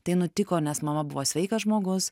tai nutiko nes mama buvo sveikas žmogus